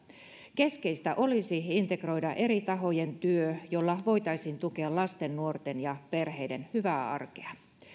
keskeistä olisi integroida eri tahojen työ jolla voitaisiin tukea lasten nuorten ja perheiden hyvää arkea